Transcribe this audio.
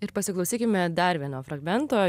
ir pasiklausykime dar vieno fragmento